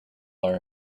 are